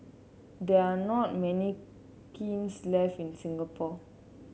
there are not many kilns left in Singapore